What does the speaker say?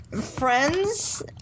Friends